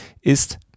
Ist